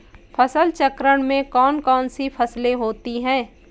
फसल चक्रण में कौन कौन सी फसलें होती हैं?